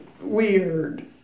weird